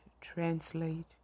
translate